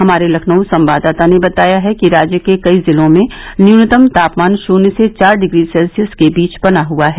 हमारे लखनऊ संवाददाता ने बताया है कि राज्य के कई जिलों में न्यूनतम तापमान शून्य से चार डिग्री सेल्सियस के बीच बना हुआ है